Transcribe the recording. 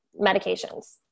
medications